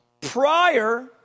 prior